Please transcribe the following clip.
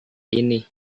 ini